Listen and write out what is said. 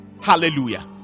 Hallelujah